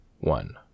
one